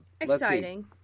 exciting